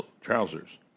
trousers